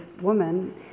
woman